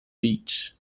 beach